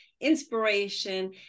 inspiration